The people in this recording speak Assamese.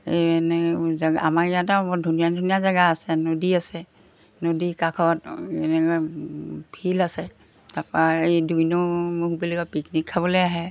এই এনে জেগা আমাৰ ইয়াত আৰু বহুত ধুনীয়া ধুনীয়া জেগা আছে নদী আছে নদী কাষত এনেকৈ ফিল্ড আছে তাৰপৰা এই দুই নং বুলি কয় পিকনিক খাবলৈ আহে